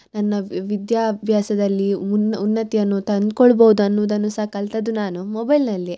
ನನ್ನ ವಿದ್ಯಾಭ್ಯಾಸದಲ್ಲಿ ಉನ್ ಉನ್ನತಿಯನ್ನು ತಂದ್ಕೊಳ್ಬೋದು ಅನ್ನೋದನ್ನು ಸಹ ಕಲ್ತಿದ್ದು ನಾನು ಮೊಬೈಲಿನಲ್ಲೇ